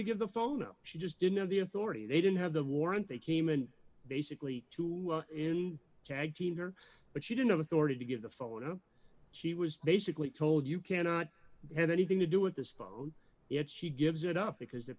to give the phone no she just didn't have the authority they didn't have the warrant they came in basically to tag team her but she didn't have authority to give the phone she was basically told you cannot have anything to do with this phone yet she gives it up because the